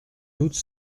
doute